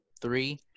three